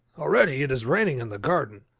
already, it is raining in the garden.